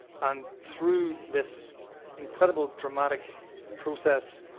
and through this incredible dramatic process,